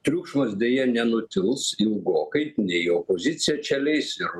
triukšmas deja nenutils ilgokai nei opozicija čia leis ir